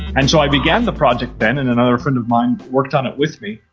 and so i began the project then and another friend of mine worked on it with me,